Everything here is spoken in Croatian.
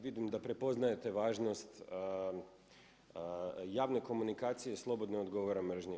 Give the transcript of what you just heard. Vidim da prepoznajete važnost javne komunikacije slobodne od odgovora mržnje.